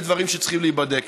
אלה דברים שצריכים להיבדק.